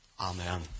Amen